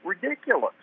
ridiculous